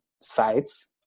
sites